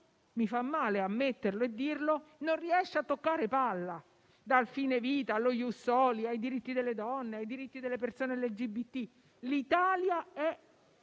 mi fa male ammetterlo - non riesce a toccare palla. Dal fine vita allo *ius soli* ai diritti delle donne ai diritti delle persone LGBT, l'Italia è